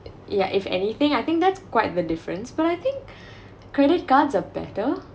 ya if anything I think that's quite the difference but I think credit cards are better